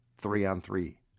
three-on-three